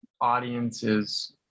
audiences